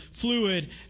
fluid